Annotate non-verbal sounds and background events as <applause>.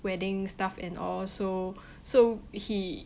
wedding stuff and all so <breath> so he